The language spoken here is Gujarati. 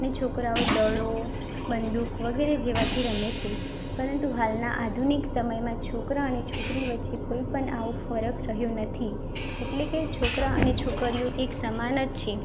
અને છોકરાઓ દડો બંદુક વગેરે જેવાથી રમે છે પરંતુ હાલના આધુનિક સમયમાં છોકરા અને છોકરી વચ્ચે કોઈ પણ આવો ફરફ રહ્યો નથી એટલે કે છોકરા અને છોકરીઓ એક સમાન જ છે